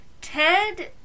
Ted